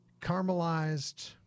caramelized